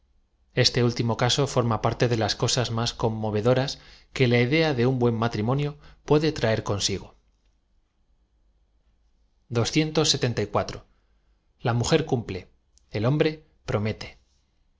este último caso forma parte de laa cosas más conmovedoras que la idea de un buen matrimonio puede traer consigo a m ujer cumple el hombre promete